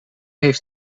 heeft